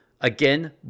again